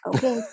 Okay